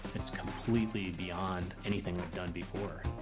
it's completely beyond anything done before.